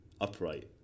upright